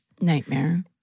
Nightmare